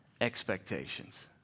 expectations